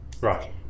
Right